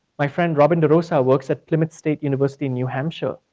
my friend robin derosa works at plymouth state university in new hampshire.